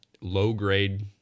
low-grade